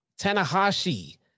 Tanahashi